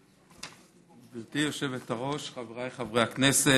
גברתי היושבת-ראש, חבריי חברי הכנסת,